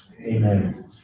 amen